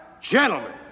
gentlemen